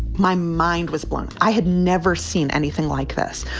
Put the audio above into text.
my mind was blown. i had never seen anything like this.